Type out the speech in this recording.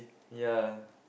ya